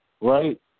Right